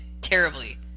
terribly